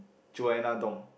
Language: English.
Joanna-Dong